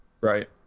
right